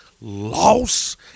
loss